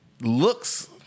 looks